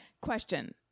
question